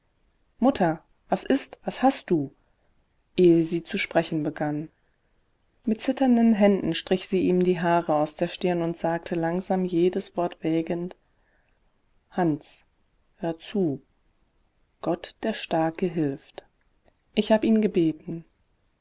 mutter was ist was hast du ehe sie zu sprechen begann mit zitternden händen strich sie ihm die haare aus der stirn und sagte langsam jedes wort wägend hans hör zu gott der starke hilft ich hab ihn gebeten